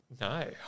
No